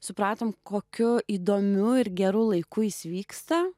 supratom kokiu įdomiu ir geru laiku jis vyksta